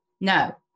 No